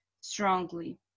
strongly